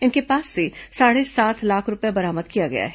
इनके पास से साढ़े सात लाख रूपये बरामद किया गया है